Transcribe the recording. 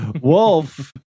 wolf